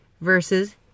versus